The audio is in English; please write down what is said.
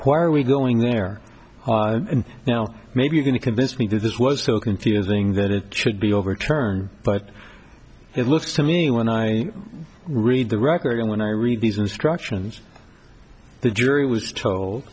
why are we going there now maybe you can convince me that this was so confusing that it should be overturned but it looks to me when i read the record and when i read these instructions the jury was told